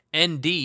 ND